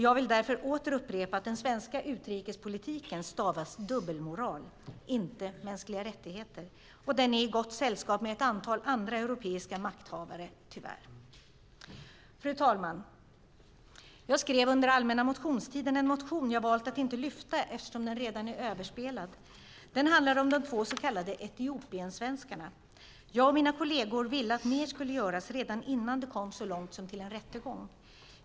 Jag vill därför åter upprepa att den svenska utrikespolitiken stavas dubbelmoral - inte mänskliga rättigheter. Och den är i gott sällskap med ett antal andra europeiska makthavare, tyvärr. Fru talman! Jag skrev under allmänna motionstiden en motion som jag har valt att inte lyfta fram, eftersom den redan är överspelad. Den handlar om de två så kallade Etiopiensvenskarna. Jag och mina kolleger ville att mer skulle göras redan innan det kom så långt som till rättegång.